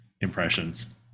impressions